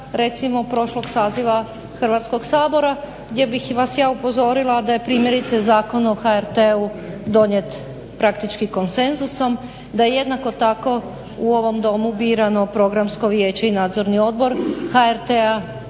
recimo prošlog saziva Hrvatskog sabora gdje bih vas ja upozorila da je primjerice Zakon o HRT-u praktički donijet konsenzusom da je jednako tako u ovom Domu birano Programsko vijeće i nadzorni odbor HRT-a